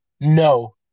No